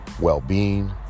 well-being